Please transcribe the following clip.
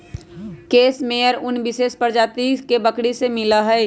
case मेयर उन विशेष प्रजाति के बकरी से मिला हई